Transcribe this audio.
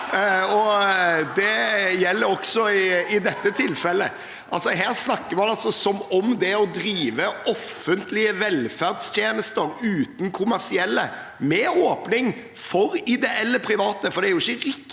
Det gjelder også i dette tilfellet. Her snakker man altså som om det å drive offentlige velferdstjenester uten kommersielle, med åpning for ideelle private.